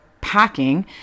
packing